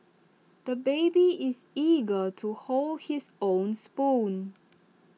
the baby is eager to hold his own spoon